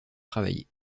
travailler